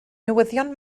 newyddion